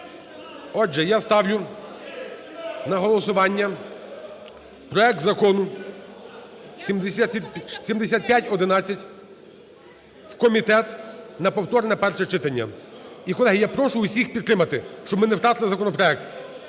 Отже, я ставлю на голосування проект Закону 7511 в комітет, на повторне перше читання. І, колеги, я прошу усіх підтримати, щоб ми не втратили законопроект.